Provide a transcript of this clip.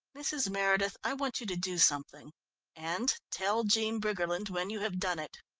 mrs. meredith, i want you to do something and tell jean briggerland when you have done it.